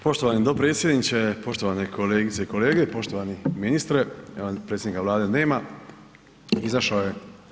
Poštovani dopredsjedniče, poštovani kolegice i kolege, poštovani ministre jer predsjednika Vlade nema, izašao je.